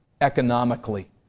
economically